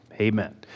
Amen